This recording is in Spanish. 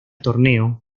torneo